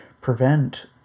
prevent